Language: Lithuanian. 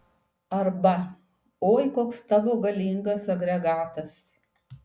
arba oi koks tavo galingas agregatas